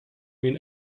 mean